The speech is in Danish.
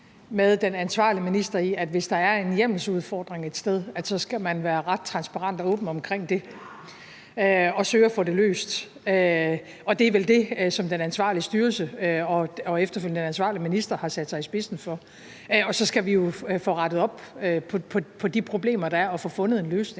med den ansvarlige minister i, at hvis der er en hjemmelsudfordring et sted, skal man være ret transparent og åben omkring det og søge at få det løst, og det er vel det, som den ansvarlige styrelse og efterfølgende den ansvarlige minister har sat sig i spidsen for. Og så skal vi jo få rettet op på de problemer, der er, og få fundet en løsning,